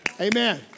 Amen